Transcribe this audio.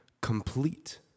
complete